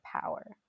power